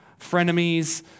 frenemies